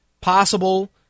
Possible